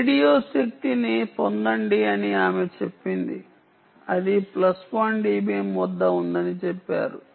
radio శక్తిని పొందండి అని ఆమె చెప్పింది అది ప్లస్ 1 డిబిఎమ్ వద్ద ఉందని చెప్పారు